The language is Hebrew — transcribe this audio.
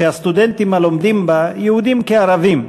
שהסטודנטים הלומדים בה, יהודים כערבים,